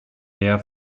mehr